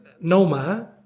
Noma